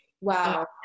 wow